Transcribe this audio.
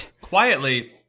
quietly—